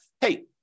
hey